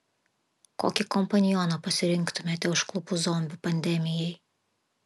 kokį kompanioną pasirinktumėte užklupus zombių pandemijai